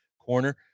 corner